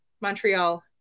Montreal